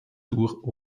dur